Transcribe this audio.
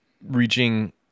Reaching